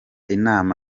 inama